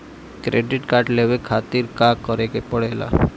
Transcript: Credit card लेवे के खातिर का करेके पड़ेला?